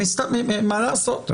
מה לעשות?